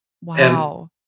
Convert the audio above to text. Wow